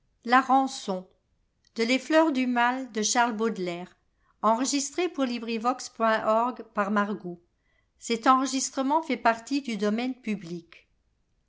les fleurs du mal